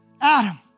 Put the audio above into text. Adam